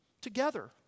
together